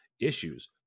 issues